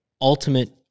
ultimate